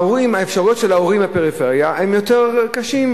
האפשרויות של ההורים בפריפריה הן יותר מצומצמות.